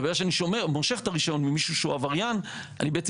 וברגע שאני מושך את הרישיון ממישהו שהוא עבריין אני בעצם